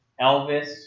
Elvis